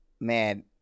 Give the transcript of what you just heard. Man